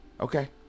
Okay